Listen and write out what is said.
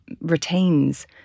retains